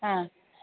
ആ